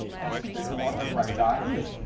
and particularly what a radar is.